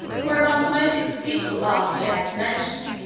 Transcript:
were among the most excusable arts they had to mention